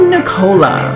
Nicola